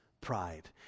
pride